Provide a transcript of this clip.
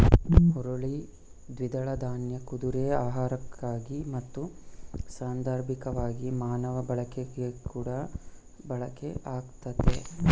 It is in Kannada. ಹುರುಳಿ ದ್ವಿದಳ ದಾನ್ಯ ಕುದುರೆ ಆಹಾರಕ್ಕಾಗಿ ಮತ್ತು ಸಾಂದರ್ಭಿಕವಾಗಿ ಮಾನವ ಬಳಕೆಗಾಗಿಕೂಡ ಬಳಕೆ ಆಗ್ತತೆ